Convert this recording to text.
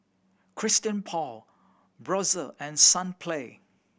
Christian Paul Brotzeit and Sunplay